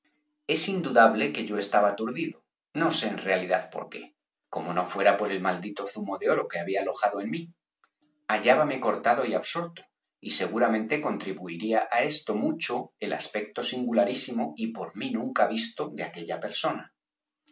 es indudable que yo estaba aturdido no sé en realidad por qué como no fuera por el theros i maldito zumo de oro que había alojado en mí hallábame cortado y absorto y seguramente contribuiría á esto mucho el aspecto singularísimo y por mí nunca visto de aquella persona